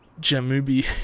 jamubi